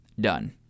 done